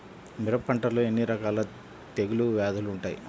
మిరప పంటలో ఎన్ని రకాల తెగులు వ్యాధులు వుంటాయి?